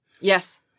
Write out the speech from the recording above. Yes